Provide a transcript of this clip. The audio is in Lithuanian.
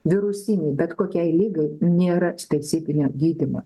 virusinei bet kokiai ligai nėra specifinio gydymo